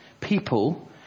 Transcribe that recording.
People